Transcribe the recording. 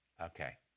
okay